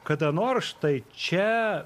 kada nors štai čia